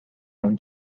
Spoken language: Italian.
non